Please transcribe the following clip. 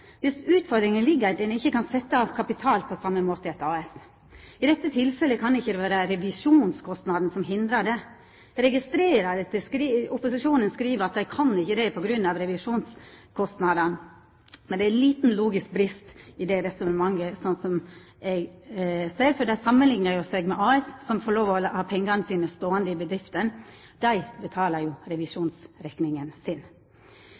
utfordringa ligg i at ein ikkje kan setja av kapital på same måten som i eit AS. I dette tilfellet kan det ikkje vera revisjonskostnaden som hindrar det. Eg registrerer at opposisjonen skriv at dei ikkje kan det på grunn av revisjonskostnadane, men det er ein liten logisk brest i det resonnementet, slik eg ser, fordi dei samanliknar det med AS som får lov å ha pengane sine ståande i bedrifta, men dei betalar jo